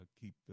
keep